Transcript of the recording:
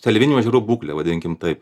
seliavinių ežerų būklę vadinkim taip